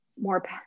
more